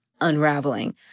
unraveling